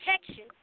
protection